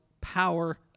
power